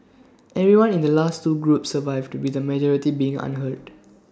everyone in the last two groups survived with A majority being unhurt